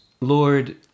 Lord